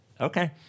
Okay